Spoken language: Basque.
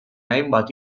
hainbat